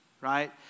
right